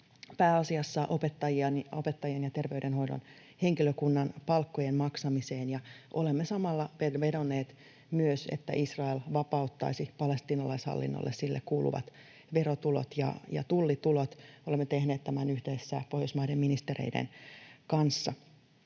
pääasiassa opettajien ja terveydenhoidon henkilökunnan palkkojen maksamiseen, ja olemme samalla vedonneet myös, että Israel vapauttaisi palestiinalaishallinnolle sille kuuluvat verotulot ja tullitulot. Olemme tehneet tämän yhdessä Pohjoismaiden ministereiden kanssa,